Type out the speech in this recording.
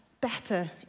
better